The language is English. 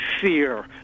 fear